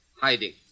hiding